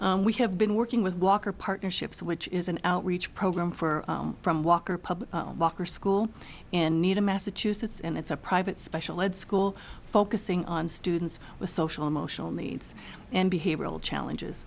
we have been working with walker partnerships which is an outreach program for from walker public school in needham massachusetts and it's a private special ed school focusing on students with social emotional needs and behavioral challenges